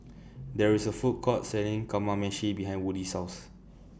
There IS A Food Court Selling Kamameshi behind Woody's House